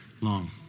long